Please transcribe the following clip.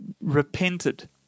repented